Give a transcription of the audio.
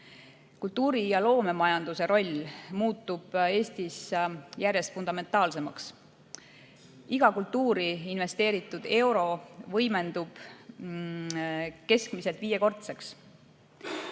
Kultuuri ja loomemajanduse roll muutub Eestis järjest fundamentaalsemaks. Iga kultuuri investeeritud euro võimendub keskmiselt viiekordseks.